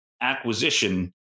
acquisition